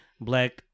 black